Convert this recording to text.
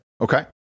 okay